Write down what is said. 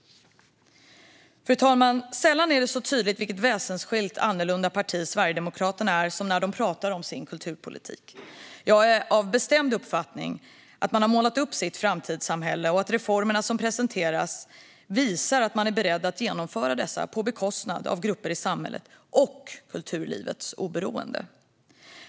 Fru talman! Sällan är det så tydligt vilket väsensskilt och annorlunda parti Sverigedemokraterna är som när de talar om sin kulturpolitik. Jag är av den bestämda uppfattningen att de har målat upp sitt framtidssamhälle. De reformer som presenteras visar att de är beredda att genomföra dem på bekostnad av grupper i samhället och kulturlivets oberoende.